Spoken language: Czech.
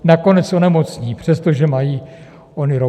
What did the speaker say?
Nakonec onemocní, přestože mají ony roušky.